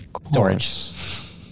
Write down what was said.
storage